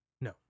No